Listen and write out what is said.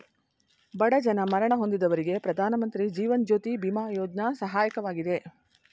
ಬಡ ಜನ ಮರಣ ಹೊಂದಿದವರಿಗೆ ಪ್ರಧಾನಮಂತ್ರಿ ಜೀವನ್ ಜ್ಯೋತಿ ಬಿಮಾ ಯೋಜ್ನ ಸಹಾಯಕವಾಗಿದೆ